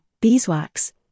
beeswax